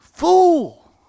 Fool